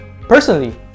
Personally